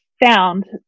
found